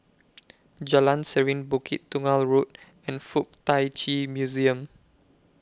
Jalan Serene Bukit Tunggal Road and Fuk Tak Chi Museum